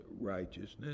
righteousness